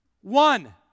One